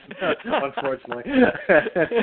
unfortunately